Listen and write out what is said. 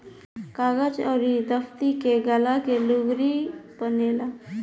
कागज अउर दफ़्ती के गाला के लुगरी बनेला